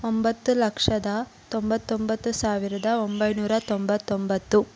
ಒಂಬತ್ತು ಲಕ್ಷದ ತೊಂಬತ್ತೊಂಬತ್ತು ಸಾವಿರದ ಒಂಬೈನೂರ ತೊಂಬತ್ತೊಂಬತ್ತು